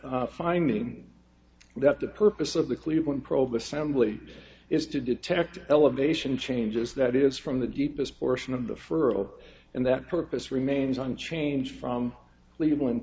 finding that the purpose of the cleveland probe assembly is to detect elevation changes that is from the deepest portion of the furrow and that purpose remains unchanged from cleveland